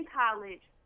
college